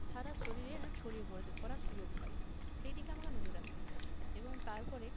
সারা শরীরে না ছড়িয়ে পড়ে যে পড়ার সুযোগ পায় সেই দিকে আমাকে নজর রাখতে হবে এবং তারপরে